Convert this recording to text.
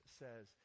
says